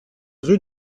rue